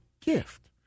gift